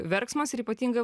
verksmas ir ypatinga